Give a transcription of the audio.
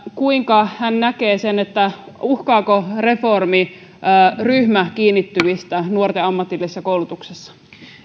kuinka hän näkee asian uhkaako reformi ryhmään kiinnittymistä nuorten ammatillisessa koulutuksessa